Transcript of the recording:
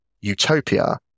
utopia